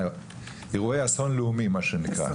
אירועי אסון לאומיים מה שנקרא,